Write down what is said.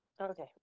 Okay